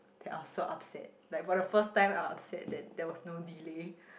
that I was so upset like for the first time I was upset that there was no delay